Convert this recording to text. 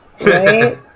Right